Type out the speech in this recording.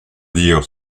dire